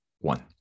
one